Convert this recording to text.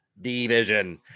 division